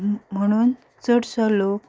म्हणून चडसो लोक